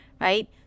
right